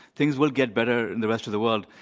things will get better in the rest of the world.